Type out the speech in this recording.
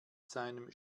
seinem